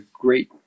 great